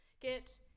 get